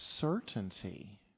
certainty